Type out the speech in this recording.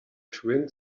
twin